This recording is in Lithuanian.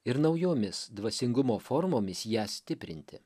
ir naujomis dvasingumo formomis ją stiprinti